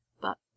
But